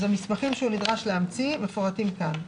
המסמכים שהוא נדרש להמציא מפורטים כאן: